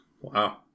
Wow